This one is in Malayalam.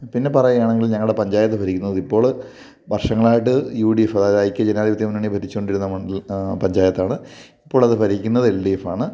പിന്നെ പറയുകയാണെങ്കിൽ ഞങ്ങളുടെ പഞ്ചായത്ത് ഭരിക്കുന്നത് ഇപ്പോൾ വർഷങ്ങളായിട്ട് യു ഡി എഫ് അതായത് ഐക്യ ജനാതിപത്യ മുന്നണി ഭരിച്ചുകൊണ്ടിരുന്ന മണ്ണിൽ പഞ്ചായത്താണ് ഇപ്പോൾ അത് ഭരിക്കുന്നത് എൽ ഡി എഫാണ്